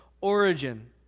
origin